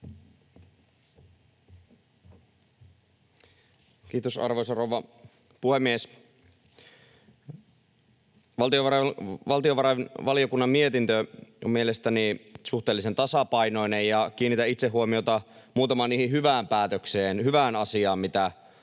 Kiitos, arvoisa rouva puhemies! Valtiovarainvaliokunnan mietintö on mielestäni suhteellisen tasapainoinen, ja kiinnitän itse huomiota muutamaan hyvään päätökseen, hyvään asiaan, mitä